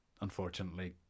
unfortunately